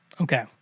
Okay